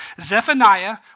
Zephaniah